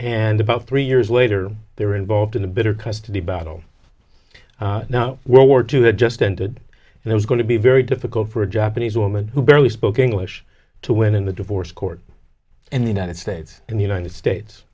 and about three years later they were involved in a bitter custody battle now well war two that just ended and it was going to be very difficult for a japanese woman who barely spoke english to win in the divorce court in the united states in the united states